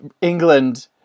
England